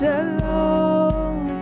alone